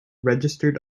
registered